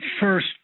first